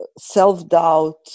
self-doubt